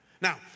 Now